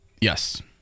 Yes